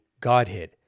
Godhead